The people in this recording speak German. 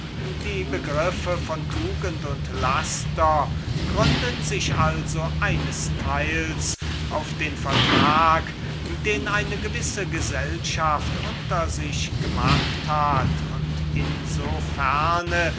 die begriffe von tugend und laster gründen sich also eines teils auf den vertrag den eine gewisse gesellschaft unter sich gemacht hat und